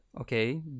okay